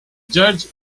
judge